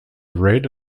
red